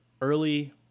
early